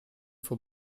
for